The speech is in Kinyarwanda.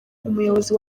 umuyobozi